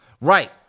Right